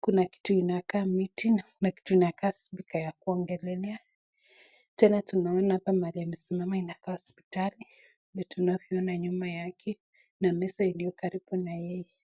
kuna kitu inakaa kama mtu na kitu inakaa speaker ya kuongelelea tena tunaona hapa imesimama ni kama hospitali na tumeona vyoo nyuma yake na meza iliyo karibu na yeye.